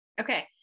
Okay